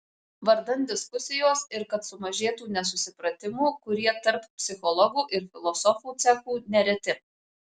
vardan diskusijos ir kad sumažėtų nesusipratimų kurie tarp psichologų ir filosofų cechų nereti